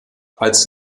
als